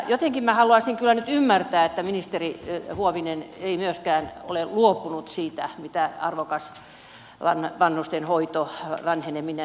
jotenkin minä haluaisin kyllä nyt ymmärtää että ministeri huovinen ei myöskään ole luopunut siitä mitä arvokas vanhustenhoito ja vanheneminen on